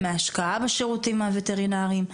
מהשקעה בשירותים הווטרינריים.